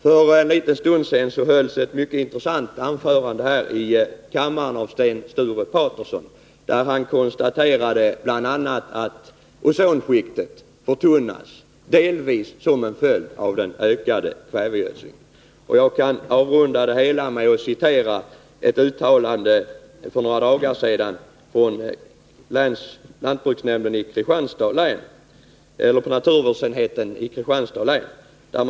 För en liten stund sedan hölls ett mycket intressant anförande här i kammaren av Sten Sture Paterson, där han bl.a. konstaterade att ozonskiktet förtunnas delvis som en följd av den ökade kvävegödslingen. Jag kan avrunda det hela med att citera ett uttalande för några dagar sedan av naturvårdsenheten i Kristianstads län.